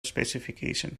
specification